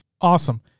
Awesome